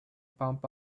pump